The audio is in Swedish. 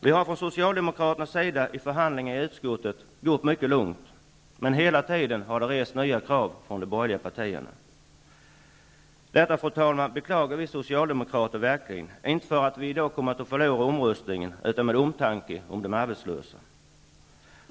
Vi har från socialdemokraternas sida i förhandlingarna i utskottet gått mycket långt. Men hela tiden har det rests nya krav från de borgerliga partierna. Vi socialdemokrater beklagar verkligen detta, inte för att vi kommer att förlora omröstningen i dag, utan av omtanke om de arbetslösa.